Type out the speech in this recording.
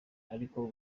ariko